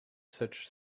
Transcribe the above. such